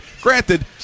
Granted